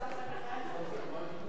אנסטסיה מיכאלי.